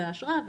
האשרה,